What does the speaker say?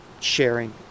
sharing